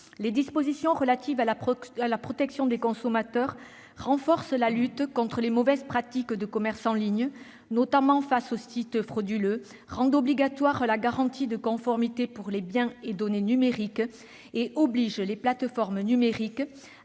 Les dispositions relatives à la protection des consommateurs renforcent la lutte contre les mauvaises pratiques de commerce en ligne, notamment face aux sites frauduleux, et rendent obligatoire la garantie de conformité pour les biens et données numériques. Elles obligent également les plateformes numériques